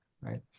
Right